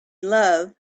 love